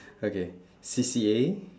okay C_C_A